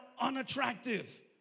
unattractive